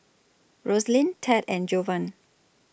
Rosalyn Tad and Jovan